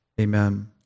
Amen